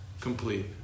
Complete